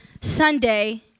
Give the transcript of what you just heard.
Sunday